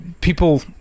people